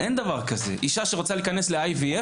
אישה שרוצה להיכנס ל-IVF,